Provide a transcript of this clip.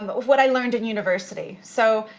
um but what what i learned in university. so,